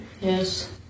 Yes